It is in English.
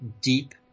deep